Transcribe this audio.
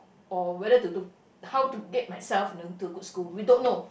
or whether to do how to get myself you know to good school we don't know